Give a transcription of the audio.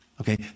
Okay